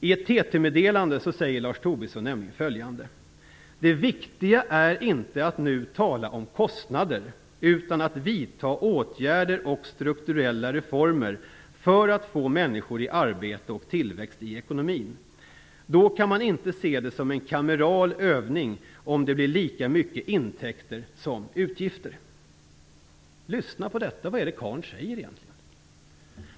I ett TT-meddelande säger Lars Tobisson nämligen följande: "Det viktiga är inte att nu tala om kostnader, utan att vidta åtgärder och strukturella reformer för att få människor i arbete och tillväxt i ekonomin. Då kan man inte se det som en kameral övning om det blir lika mycket intäkter som utgifter." Lyssna på detta! Vad är det karln säger egentligen?